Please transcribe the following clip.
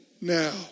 now